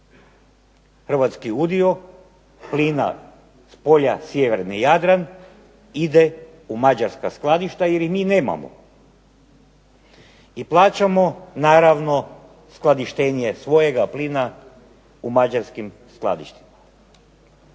Hrvatski dio s polja sjeverni Jadran ide u mađarska skladišta jer ih mi nemamo i plaćamo naravno skladištenje svoga plina u Mađarskim skladištima.